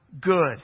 good